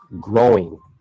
growing